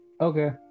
Okay